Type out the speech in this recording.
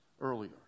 earlier